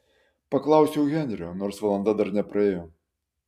paklausiau henrio nors valanda dar nepraėjo